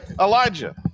Elijah